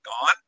gone